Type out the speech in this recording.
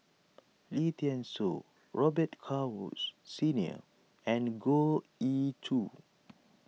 Lim thean Soo Robet Carr Woods Senior and Goh Ee Choo